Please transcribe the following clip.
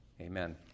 Amen